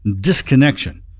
disconnection